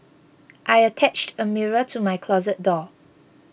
I attached a mirror to my closet door